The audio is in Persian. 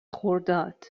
خرداد